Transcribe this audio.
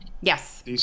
Yes